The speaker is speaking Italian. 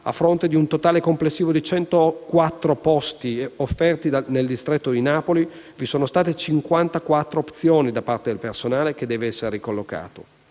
a fronte di un totale complessivo di 104 posti offerti nel distretto di Napoli, vi sono state 54 opzioni da parte di personale che deve essere ricollocato.